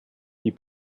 die